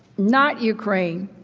not ukraine,